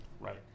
Right